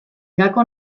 gako